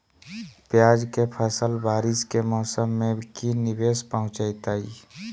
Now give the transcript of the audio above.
प्याज के फसल बारिस के मौसम में की निवेस पहुचैताई?